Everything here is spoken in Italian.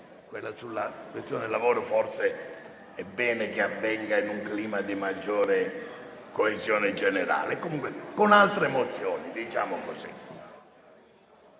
questione del lavoro forse è bene che avvenga in un clima di maggiore coesione generale. Comunque con altre mozioni, diciamo così.